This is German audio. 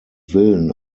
willen